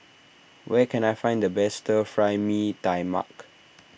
where can I find the best Fry Mee Tai Mak